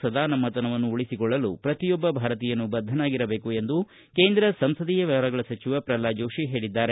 ಸದಾ ನಮ್ನತನವನ್ನು ಉಳಿಸಿಕೊಳ್ಳಲು ಪ್ರತಿಯೊಬ್ಬ ಭಾರತೀಯನೂ ಬದ್ದನಾಗಿರಬೇಕು ಎಂದು ಕೇಂದ್ರ ಸಂಸದೀಯ ವ್ಯವಹಾರಗಳ ಸಚಿವ ಪ್ರಲ್ವಾದ ಜೋಶಿ ಹೇಳಿದ್ದಾರೆ